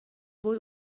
بود